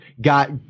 got